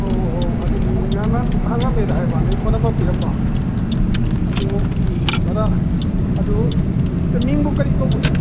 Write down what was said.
ꯑꯣꯍꯣ ꯑꯗꯨꯅꯤ ꯅꯍꯥꯟꯅ ꯍꯉꯉꯝꯃꯦꯗꯤ ꯍꯥꯏꯕ ꯅꯣꯏ ꯐꯣꯟ ꯅꯝꯕꯔ ꯄꯤꯔꯝꯕ ꯑꯗꯨ ꯚꯔꯥ ꯑꯗꯨ ꯃꯤꯡꯕꯨ ꯀꯔꯤ ꯀꯧꯕꯅꯣ